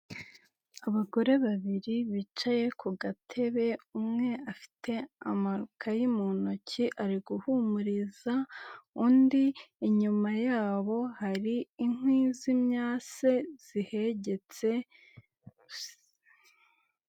Abagore babiri bicaye ku gatebe umwe afite amakayi mu ntoki ari guhumuriza undi, inyuma yabo hari inkwi z'imyase zihegetse.